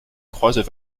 croisent